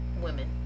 women